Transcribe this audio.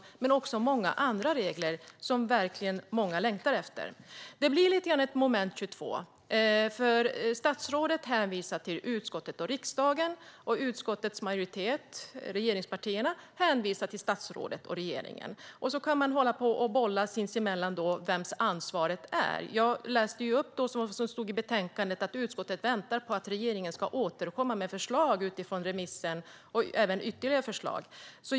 Men det handlar också om många andra regler som många verkligen längtar efter. Det blir lite grann av ett moment 22. Statsrådet hänvisar till utskottet och riksdagen, och utskottets majoritet och regeringspartierna hänvisar till statsrådet och regeringen. Så kan man hålla på och bolla sinsemellan vems ansvaret är. Jag läste upp det som stod i betänkandet om att utskottet väntar på att regeringen ska återkomma med förslag utifrån remissen och även med ytterligare förslag.